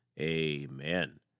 amen